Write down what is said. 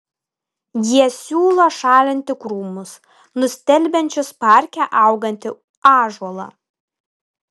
jie siūlo šalinti krūmus nustelbiančius parke augantį ąžuolą